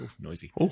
noisy